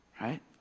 right